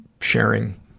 sharing